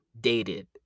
dated